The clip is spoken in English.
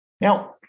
Now